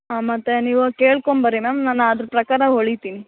ಹಾಂ ಮತ್ತೆ ನೀವು ಕೇಳ್ಕೊಂಬನ್ರಿ ಮ್ಯಾಮ್ ನಾನು ಅದ್ರ ಪ್ರಕಾರ ಹೊಲಿತಿನಿ